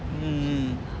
mm